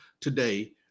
today